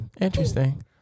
interesting